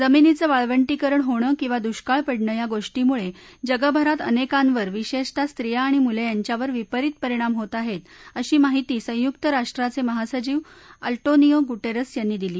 जमिनीचं वाळवंटीकरण होणं किंवा दुष्काळी पडणे या गोष्टीमुळे जगभरात अनेकांवर विशेषतः स्त्रिया आणि मुले यांच्यावर विपरीत परिणाम होत आहेत अशी माहिती संयुक्त राष्ट्राचे महासचिव एल्टोनिओ गुटेरस् यांनी दिली